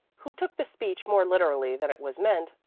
who took the speech more literally than it was meant,